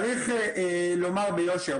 צריך לומר ביושר,